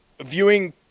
viewing